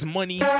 money